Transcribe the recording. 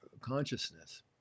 consciousness